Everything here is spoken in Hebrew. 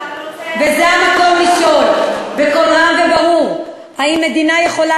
וזה המקום לשאול בקול רם וברור: האם מדינה יכולה